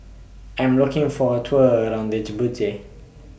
I Am looking For A Tour around Djibouti